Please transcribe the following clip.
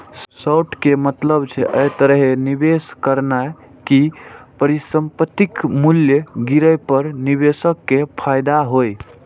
short के मतलब छै, अय तरहे निवेश करनाय कि परिसंपत्तिक मूल्य गिरे पर निवेशक कें फायदा होइ